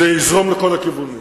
זה יזרום לכל הכיוונים.